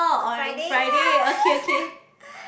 Friday ah